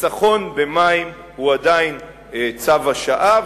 חיסכון במים הוא עדיין צו השעה,